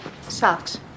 Socks